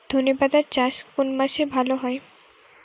ধনেপাতার চাষ কোন মাসে ভালো হয়?